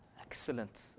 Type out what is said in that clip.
Excellent